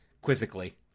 quizzically